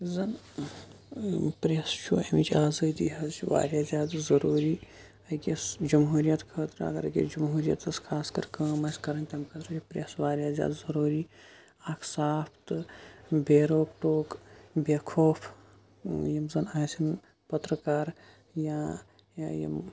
یُس زَن پریٚس چھُ ایٚمٕچ آزٲدی ہٕنٛز چھِ واریاہ زیادٕ ضوٚروٗری أکِس جمہوریت خٲطرٕ اَگَر أکِس جمہوریَتَس خاص کَر کٲم آسہِ کَرٕنۍ تمہِ خٲطرٕ چھُ پریٚس واریاہ زیاد ضوٚروٗری اکھ صاف تہٕ بے روک ٹوک بےٚ خوف یِم زَن آسَن پَترٕکار یا یا یِم